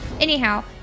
Anyhow